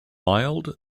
mild